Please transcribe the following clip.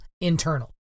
internal